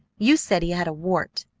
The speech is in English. you said he had a wart!